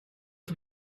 did